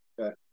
Okay